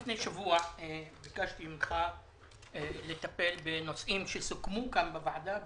לפני שבוע ביקשתי ממך לטפל בנושאים שסוכמו כאן בוועדה.